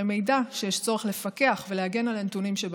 מידע שיש צורך לפקח ולהגן על הנתונים שבהם,